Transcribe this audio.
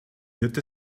wird